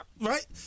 right